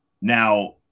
Now